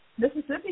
Mississippi